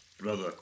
Brother